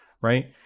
Right